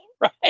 right